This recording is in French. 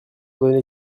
donné